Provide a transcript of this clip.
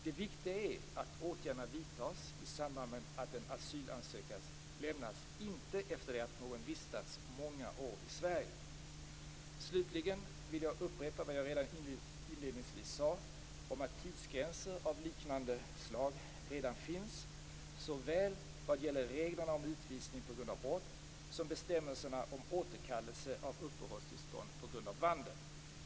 Det viktiga är att åtgärderna vidtas i samband med att asylansökan lämnas, inte efter det att någon vistats många år i Slutligen vill jag upprepa vad jag redan inledningsvis sade om att tidsgränser av liknande slag redan finns såväl vad gäller reglerna om utvisning på grund av brott som bestämmelserna om återkallelse av uppehållstillstånd på grund av vandel.